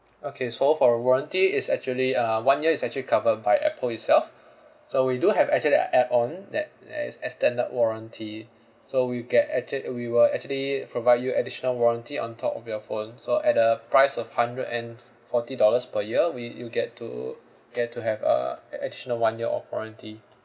okay so for the warranty is actually uh one year is actually covered by Apple itself so we do have actually a add-on that that is extended warranty so we get actual~ we will actually provide you additional warranty on top of your phone so at a price of hundred and f~ forty dollars per year we you get to get to have uh a~ additional one year of warranty